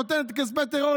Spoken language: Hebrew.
נותנת את כספי הטרור,